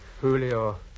Julio